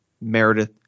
Meredith